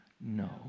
No